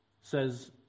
says